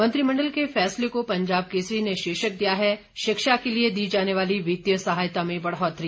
मंत्रिमंडल के फैसले को पंजाब केसरी ने शीर्षक दिया है शिक्षा के लिए दी जाने वाली वित्तीय सहायता में बढ़ोत्तरी